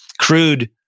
crude